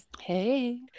Hey